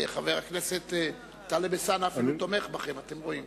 חבר הכנסת טלב אלסאנע אפילו תומך בכם, אתם רואים.